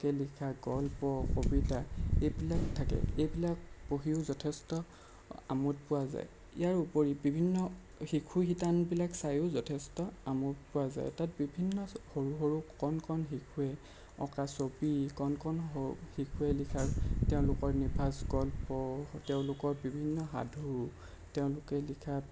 লোকে লিখা গল্প কবিতা এইবিলাক থাকে এইবিলাক পঢ়িও যথেষ্ট আমোদ পোৱা যায় ইয়াৰ উপৰিও বিভিন্ন শিশু শিতানবিলাক চায়ো যথেষ্ট আমোদ পোৱা যায় তাত বিভিন্ন সৰু সৰু কণ কণ শ শিশুৱে অঁকা ছবি কণ কণ শিশুৱে লিখা তেওঁলোকৰ নিভাঁজ গল্প তেওঁলোকৰ বিভিন্ন সাধু তেওঁলোকে লিখা